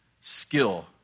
skill